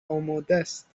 آمادست